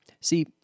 See